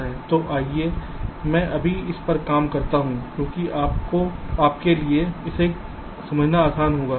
तो आइए मैं अभी इस पर काम करता हूं क्योंकि आपके लिए इसे समझना आसान होगा